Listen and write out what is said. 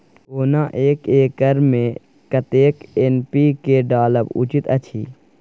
ओना एक एकर मे कतेक एन.पी.के डालब उचित अछि?